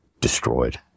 destroyed